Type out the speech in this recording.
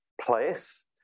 place